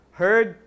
heard